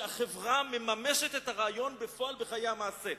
כיצד החברה מממשת את הרעיון בפועל בחיי המעשה.